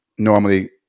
normally